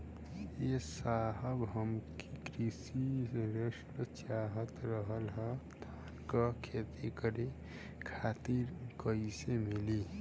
ए साहब हमके कृषि ऋण चाहत रहल ह धान क खेती करे खातिर कईसे मीली?